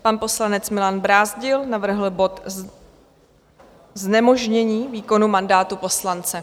Pan poslanec Milan Brázdil navrhl bod Znemožnění výkonu mandátu poslance.